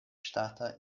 ŝtata